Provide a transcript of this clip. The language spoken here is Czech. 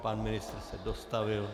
Pan ministr se dostavil.